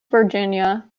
virginia